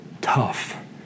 tough